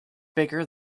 bigger